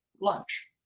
lunch